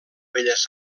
belles